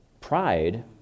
Pride